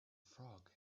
frog